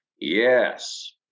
Yes